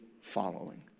following